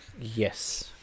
yes